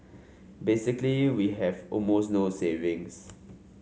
basically we have almost no savings